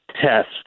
test